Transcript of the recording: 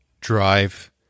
drive